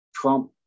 Trump